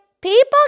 People